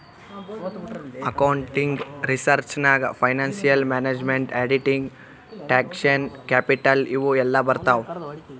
accounting research ನಾಗ್ financial management, auditing, taxation, capital ಇವು ಎಲ್ಲಾ ಬರ್ತಾವ್